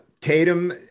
Tatum